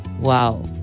Wow